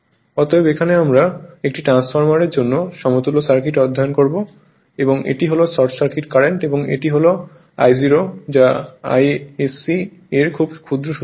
অতএব এখানে আমরা একটি ট্রান্সফরমারের জন্য সমতুল্য সার্কিট অধ্যয়ন করবো এবং এটি হল শর্ট সার্কিট কারেন্ট এবং এটি হল I0 যা Isc এর খুব ক্ষুদ্র শতাংশ